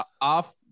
Off